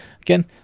Again